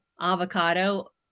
avocado